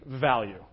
value